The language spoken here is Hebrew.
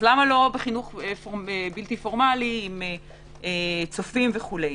למה לא בחינוך בלתי פורמלי עם צופים וכו'?